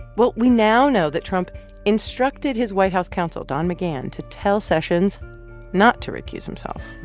well, we now know that trump instructed his white house counsel, don mcgahn, to tell sessions not to recuse himself.